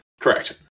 Correct